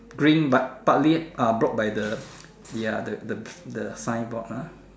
green but partly ah block by the ya the the the signboard lah